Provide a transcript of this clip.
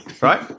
right